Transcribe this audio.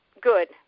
good